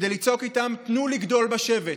כדי לצעוק איתם: תנו לגדול בשבט.